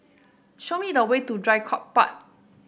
show me the way to Draycott Park